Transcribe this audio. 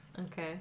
okay